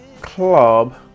club